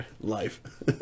life